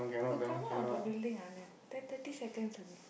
you come out of the building Anand there thirty seconds only